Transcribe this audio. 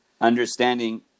understanding